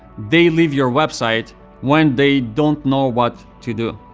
they leave your website when they don't know what to do.